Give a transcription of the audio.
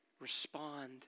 Respond